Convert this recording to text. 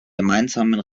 gemeinsamen